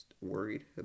worried